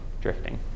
drifting